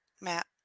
Matt